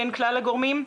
בין כלל הגורמים,